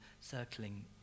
circling